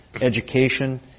education